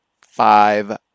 five